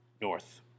North